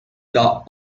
the